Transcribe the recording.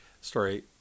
story